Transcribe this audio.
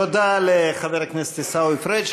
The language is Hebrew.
תודה לחבר הכנסת עיסאווי פריג'.